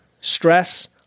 stress